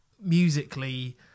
musically